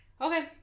Okay